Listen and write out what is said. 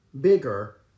bigger